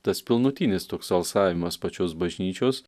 tas pilnutinis toks alsavimas pačios bažnyčios